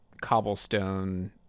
cobblestone